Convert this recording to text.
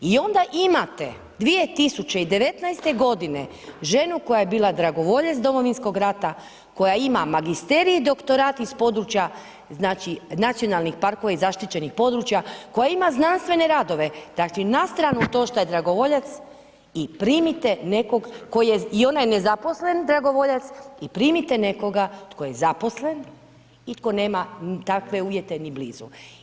I ona imate 2019.g. ženu koja je bila dragovoljac Domovinskog rata, koja ima magisterij i doktorat iz područja, znači, nacionalnih parkova i zaštićenih područja, koja ima znanstvene radove, znači, na stranu to šta je dragovoljac i primite nekog tko je, i ona je nezaposlen dragovoljac i primite nekoga tko je zaposlen i tko nema takve uvjete ni blizu.